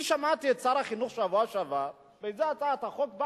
בשבוע שעבר שמעתי את שר החינוך באיזה הצעת חוק,